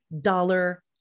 dollar